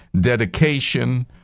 dedication